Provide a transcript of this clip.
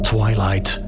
Twilight